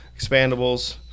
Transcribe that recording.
expandables